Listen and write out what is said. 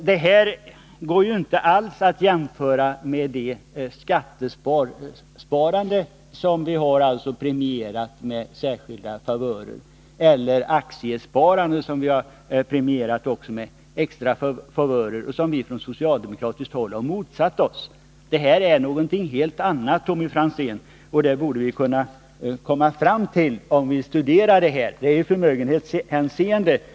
Detta går inte alls att jämföra med skattesparandet, som är ett premierat sparande, eller aktiesparandet, som också givits extra favörer — det har vi från socialdemokratiskt håll motsatt oss. Detta är någonting helt annat, och det borde Tommy Franzén kunna förstå om han studerar det.